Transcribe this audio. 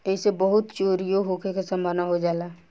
ऐइसे बहुते चोरीओ होखे के सम्भावना हो जाला